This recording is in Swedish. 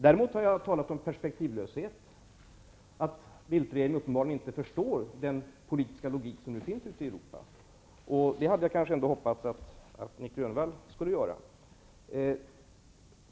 Däremot har jag talat om perspektivlöshet, om att Bildtregeringen inte förstår den politiska logik som nu finns ute i Europa, och det hade jag kanske ändå hoppats att Nic Grönvall skulle göra.